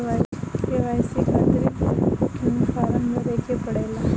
KYC खातिर क्यूं form भरे के पड़ेला?